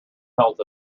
pelt